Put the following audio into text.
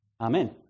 Amen